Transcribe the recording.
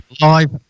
live